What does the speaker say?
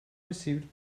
received